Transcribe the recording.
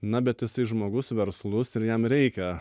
na bet jisai žmogus verslus ir jam reikia